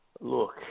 Look